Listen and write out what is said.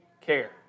care